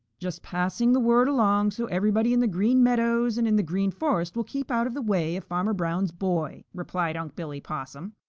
just passing the word along so everybody in the green meadows and in the green forest will keep out of the way of farmer brown's boy, replied unc' billy possum.